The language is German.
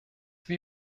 wir